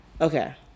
Okay